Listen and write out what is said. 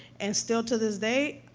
and still, to this day,